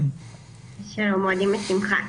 שלום, מועדים לשמחה.